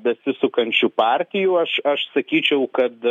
besisukančių partijų aš aš sakyčiau kad